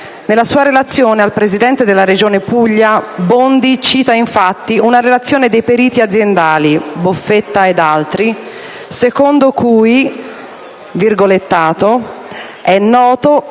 Nella sua relazione al Presidente della Regione Puglia, Bondi cita infatti una relazione dei periti aziendali (Boffetta ed altri) secondo cui: "È noto